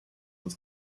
was